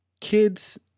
Kids